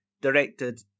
directed